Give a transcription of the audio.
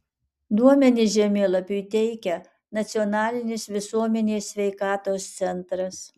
duomenis žemėlapiui teikia nacionalinis visuomenės sveikatos centras